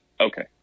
Okay